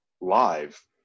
live